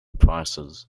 prices